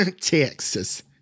Texas